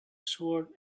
sword